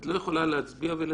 את לא יכולה להצביע ולדבר,